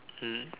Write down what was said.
mm